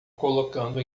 colocando